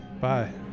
Bye